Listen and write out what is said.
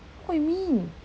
what you mean